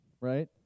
right